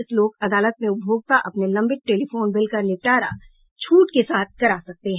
इस लोक अदालत में उपभोक्ता अपने लंबित टेलीफोन बिल का निपटारा छूट के साथ करा सकते हैं